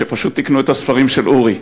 שפשוט תקנו את הספרים של אורי,